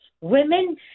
Women